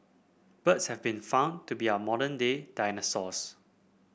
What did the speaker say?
birds have been found to be our modern day dinosaurs